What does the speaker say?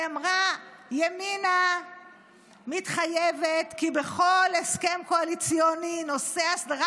היא אמרה: ימינה מתחייבת כי בכל הסכם קואליציוני נושא הסדרת